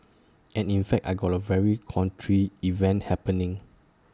and in fact I got A very contrary event happening